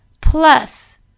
plus